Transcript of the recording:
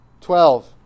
Twelve